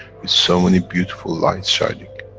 with so many beautiful lights shining.